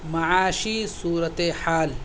معاشی صورت حال